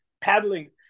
paddling